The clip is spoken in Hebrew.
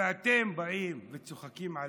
ואתם באים וצוחקים עלינו,